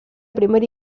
primera